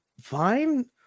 fine